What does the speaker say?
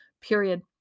period